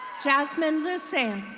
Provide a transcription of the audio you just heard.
jasmine loosing.